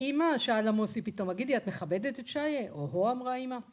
אמא, שאל עמוסי פתאום, הגידי, את מכבדת את שייע? או או אמרה אמא.